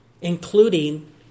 including